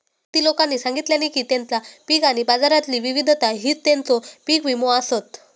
किती लोकांनी सांगल्यानी की तेंचा पीक आणि बाजारातली विविधता हीच तेंचो पीक विमो आसत